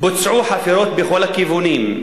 בוצעו חפירות בכל הכיוונים,